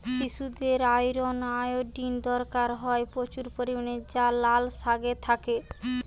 শিশুদের iron, iodine দরকার হয় প্রচুর পরিমাণে যা লাল শাকে থাকে